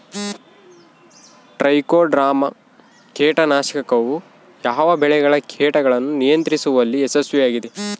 Trichoderma ಕೇಟನಾಶಕವು ಯಾವ ಬೆಳೆಗಳ ಕೇಟಗಳನ್ನು ನಿಯಂತ್ರಿಸುವಲ್ಲಿ ಯಶಸ್ವಿಯಾಗಿದೆ?